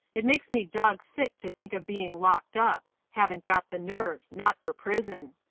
it makes me dog sick to think of being locked up. haven't got the nerve. not for prison.